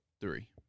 three